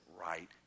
right